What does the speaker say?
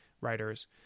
writers